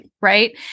right